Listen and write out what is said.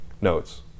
notes